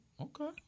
Okay